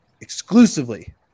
exclusively